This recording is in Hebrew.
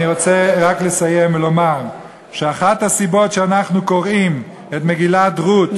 אני רוצה רק לסיים ולומר שאחת הסיבות שאנחנו קוראים את מגילת רות,